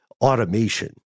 automation